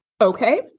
Okay